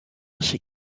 chez